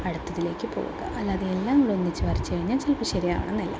അടുത്തത്തിലേക്ക് പോവുക അല്ലാതെ എല്ലാം കൂടെ ഒന്നിച്ചു വരച്ച് കഴിഞ്ഞാൽ ചിലപ്പ ശരിയാകണമെന്നില്ല